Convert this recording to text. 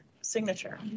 signature